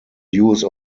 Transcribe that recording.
use